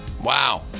Wow